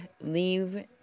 leave